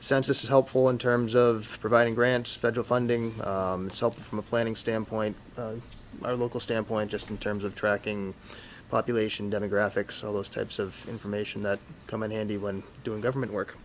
census is helpful in terms of providing grants federal funding help from a planning standpoint or local standpoint just in terms of tracking population demographics all those types of information that come in handy when doing government work